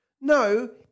No